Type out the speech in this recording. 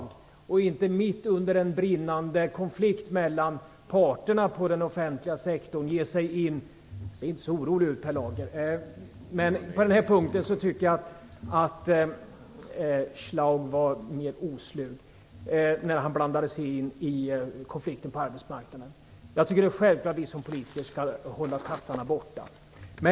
Med tanke på att vi är mitt uppe i en brinnande konflikt mellan parterna inom den offentliga sektorn - Per Lager behöver inte se så orolig ut - tycker jag att Birger Schlaug var mer oslug när han blandade sig in i konflikten på arbetsmarknaden. Jag tycker att det är en självklarhet att vi politiker skall hålla tassarna borta.